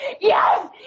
Yes